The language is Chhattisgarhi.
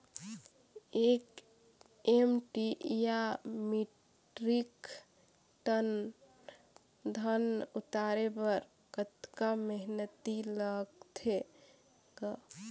एक एम.टी या मीट्रिक टन धन उतारे बर कतका मेहनती लगथे ग?